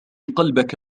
قلبك